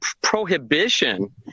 prohibition